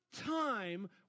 time